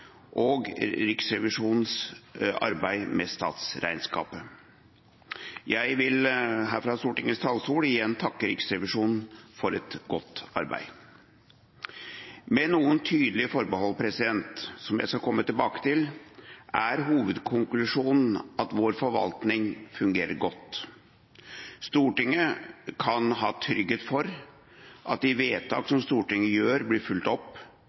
og Riksrevisjonens arbeid med statsregnskapet. Jeg vil her fra Stortingets talerstol igjen takke Riksrevisjonen for et godt arbeid. Med noen tydelige forbehold, som jeg skal komme tilbake til, er hovedkonklusjonen at vår forvaltning fungerer godt. Stortinget kan ha trygghet for at de vedtak som Stortinget gjør, blir fulgt opp,